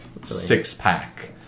six-pack